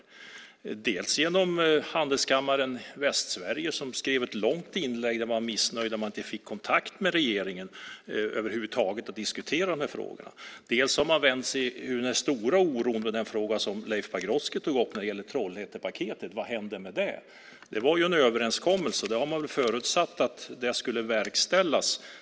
Det har visats dels genom Västsvenska Industri och Handelskammaren, som i ett långt inlägg är missnöjd med att man över huvud taget inte fick kontakt med regeringen för att diskutera de här frågorna, dels genom den stora oron i den fråga som Leif Pagrotsky tog upp, nämligen frågan om Trollhättepaketet. Vad händer med det? Det fanns ju en överenskommelse. Man hade väl förutsatt att det hela skulle verkställas.